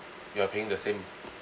you're paying the same